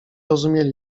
rozumieli